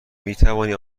میتوانی